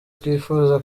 twifuza